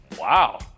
Wow